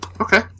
Okay